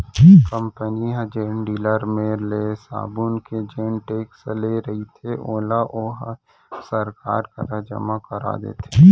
company ह जेन dealer मेर ले साबून के जेन टेक्स ले रहिथे ओला ओहा सरकार करा जमा करा देथे